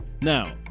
Now